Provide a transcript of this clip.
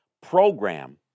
program